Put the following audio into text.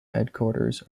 headquarters